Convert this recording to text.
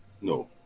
No